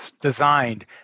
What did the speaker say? designed